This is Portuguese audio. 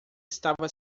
estava